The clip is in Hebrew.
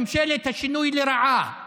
ממשלת השינוי לרעה.